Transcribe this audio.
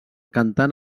cantant